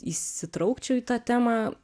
įsitraukčiau į tą temą